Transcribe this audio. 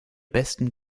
besten